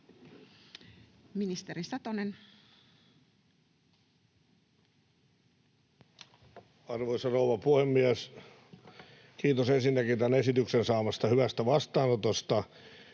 Content: Arvoisa rouva puhemies! Kiitos ensinnäkin tämän esityksen saamasta hyvästä vastaanotosta.